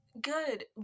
Good